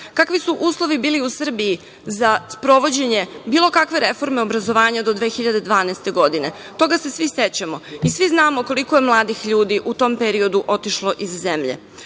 Kakvi su uslovi bili u Srbiji za sprovođenje bilo kakve reforme obrazovanja do 2012. godine? Toga se svi sećamo i svi znamo koliko je mladih ljudi u tom periodu otišlo iz zemlje.